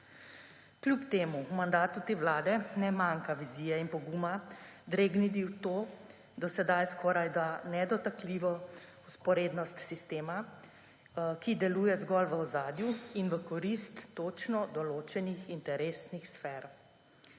Kljub temu v mandatu te vlade ne manjka vizije in poguma, dregniti v to, do sedaj skorajda nedotakljivo vzporednost sistema, ki deluje zgolj v ozadju in v korist točno določenih interesnih sfer.